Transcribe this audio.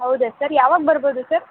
ಹೌದಾ ಸರ್ ಯಾವಾಗ ಬರ್ಬೋದು ಸರ್